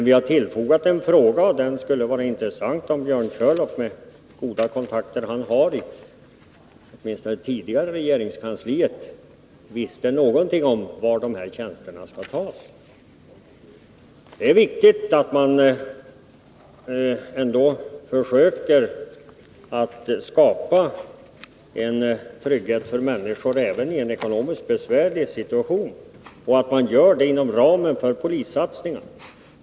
Vi har emellertid frågat — och det skulle vara intressant om Björn Körlof med de goda kontakter han har med i varje fall tidigare regeringskanslier kunde svara på det — var dessa tjänster skall tas. Det är viktigt att man även i en ekonomiskt besvärlig situation försöker skapa trygghet för människor och att man gör det inom ramen för polissatsningen.